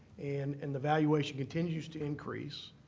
and and the valuation continues to increase,